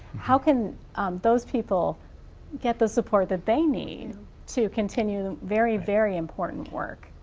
how can those people get the support that they need to continue very very important work?